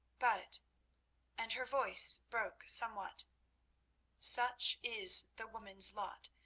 but and her voice broke somewhat such is the woman's lot,